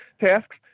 tasks